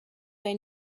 they